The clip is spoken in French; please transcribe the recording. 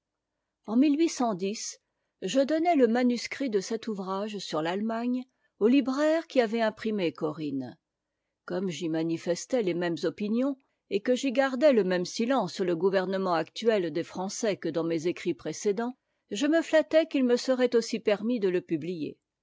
en je donnai le manuscrit de cet ouvrage sur t'allemagne au libraire qui avait imprimé corinne comme j'y manifestais les mêmes opinions et que j'y gardais le même silence sur le gouvernement actuel des français que dans mes écrits précédents je me flattai qu'il me serait aussi permis de le publier